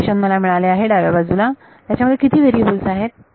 हे इक्वेशन मला मिळाले आहे डाव्या बाजूला त्याच्यामध्ये किती व्हेरिएबल आहेत